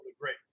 great